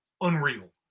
unreal